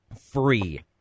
free